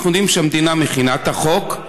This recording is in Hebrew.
אנחנו יודעים שהמדינה מכינה את החוק,